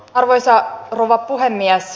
arvoisa rouva puhemies